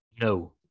no